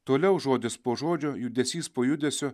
toliau žodis po žodžio judesys po judesio